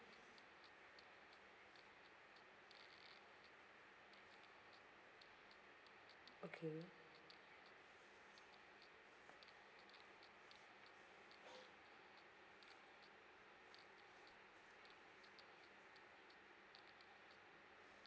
okay